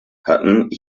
hatten